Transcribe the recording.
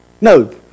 no